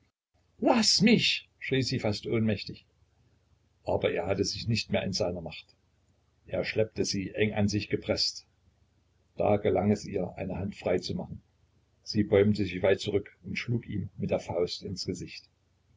laß mich schrie sie fast ohnmächtig aber er hatte sich nicht mehr in seiner macht er schleppte sie eng an sich gepreßt da gelang es ihr eine hand freizumachen sie bäumte sich weit zurück und schlug ihn mit der faust ins gesicht